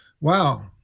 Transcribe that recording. wow